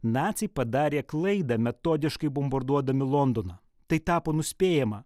naciai padarė klaidą metodiškai bombarduodami londoną tai tapo nuspėjama